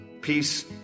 Peace